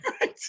Right